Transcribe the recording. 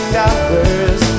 dollars